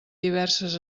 diverses